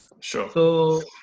sure